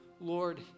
Lord